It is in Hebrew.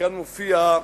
כאן מופיע,